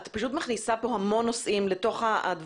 את פשוט מכניסה פה המון נושאים לדברים.